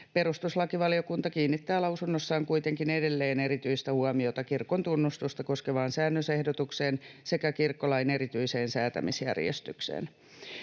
Perustuslakivaliokunta kiinnittää lausunnossaan kuitenkin edelleen erityistä huomiota kirkon tunnustusta koskevaan säännösehdotukseen sekä kirkkolain erityiseen säätämisjärjestykseen.